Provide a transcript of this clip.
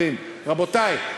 אבל מה שאנחנו אומרים: רבותי,